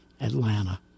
Atlanta